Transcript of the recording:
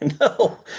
No